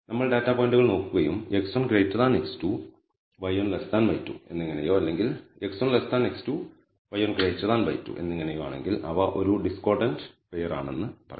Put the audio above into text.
നമ്മൾ ഡാറ്റാ പോയിന്റുകൾ നോക്കുകയുംx1x2 y1y2 എന്നിങ്ങനെയോ അല്ലെങ്കിൽ x1x2 y1y2 എന്നിങ്ങനെയോ ആണെങ്കിൽ അവ ഒരു ഡിസ്കോർഡൻറ് പെയർ ആണെന്നു പറയും